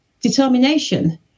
determination